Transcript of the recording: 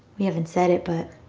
we haven't said it, but.